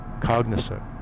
cognizant